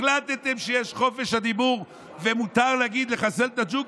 החלטתם שיש חופש דיבור ומותר להגיד "לחסל את הג'וקים"?